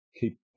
keep